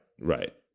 right